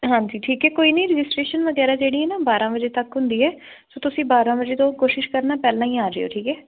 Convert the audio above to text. ਹਾਂਜੀ ਠੀਕ ਹੈ ਕੋਈ ਨਹੀਂ ਰਜਿਸਟ੍ਰੇਸ਼ਨ ਵਗੈਰਾ ਜਿਹੜੀ ਹੈ ਨਾ ਬਾਰਾਂ ਵਜੇ ਤੱਕ ਹੁੰਦੀ ਹੈ ਸੋ ਤੁਸੀਂ ਬਾਰਾਂ ਵਜੇ ਤੋਂ ਕੋਸ਼ਿਸ਼ ਕਰਨਾ ਪਹਿਲਾਂ ਹੀ ਆ ਜਿਓ ਠੀਕ ਹੈ